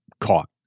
caught